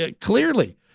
clearly